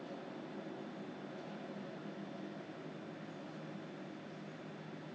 没有因为他们好像好像是说 because Singapore the cases more is within the dormitory